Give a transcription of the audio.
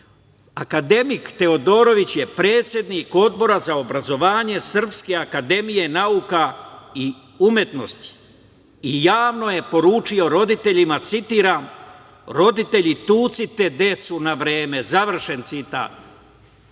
rekao. Akademik Teodorović je predsednik Odbora za obrazovanje Srpske akademije nauka i umetnosti i javno je poručio roditeljima, citiram: "Roditelji, tucite decu na vreme".Gospodine